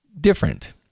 different